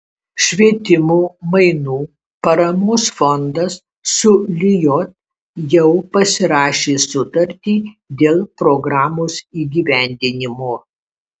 švietimo mainų paramos fondas su lijot jau pasirašė sutartį dėl programos įgyvendinimo